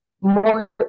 more